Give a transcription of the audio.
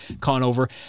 Conover